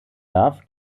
darf